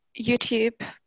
YouTube